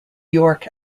york